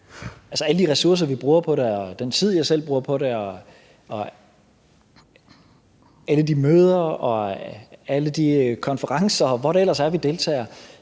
alle de ressourcer, vi bruger på det, og den tid, jeg selv bruger på det, og alle de møder og alle de konferencer, og hvor det ellers er vi deltager,